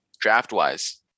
Draft-wise